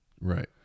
Right